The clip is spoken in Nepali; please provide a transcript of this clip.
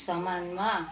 सामानमा